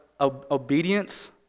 Obedience